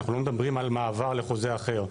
אנחנו לא מדברים על מעבר לחוזה אחר.